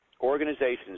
organizations